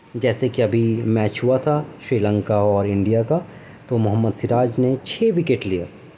جیسےکہ ابھی میچ ہوا تھا شری لنکا اور انڈیا کا تو محمد سراج نے چھ وکٹ لیا